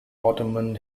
ottoman